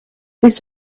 this